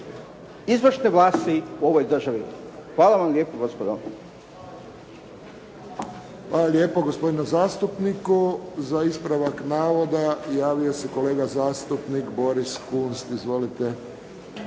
izvršne vlasti u ovoj državi. Hvala vam lijepo gospodo. **Friščić, Josip (HSS)** Hvala lijepo gospodinu zastupniku. Za ispravak navoda javio se kolega zastupnik Boris Kunst. Izvolite.